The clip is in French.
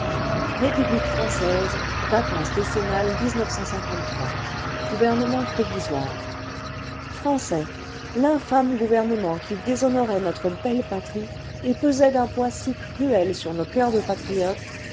république française vacances décennales gouvernement provisoire français l'infâme gouvernement qui déshonorait notre belle patrie et pesait d'un poids si cruel sur nos coeurs cle patriotes